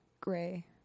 gray